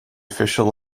official